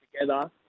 together